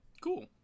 Cool